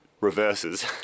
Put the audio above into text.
reverses